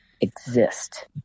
exist